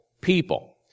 people